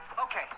Okay